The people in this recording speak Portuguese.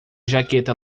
jaqueta